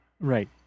Right